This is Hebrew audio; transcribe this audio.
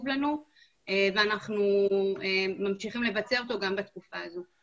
לנו ואנחנו ממשיכים לבצע אותו גם בתקופה הזו.